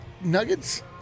Nuggets